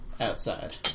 outside